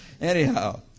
Anyhow